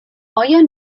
آیا